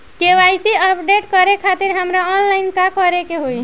KYC update करे खातिर हमरा ऑनलाइन का करे के होई?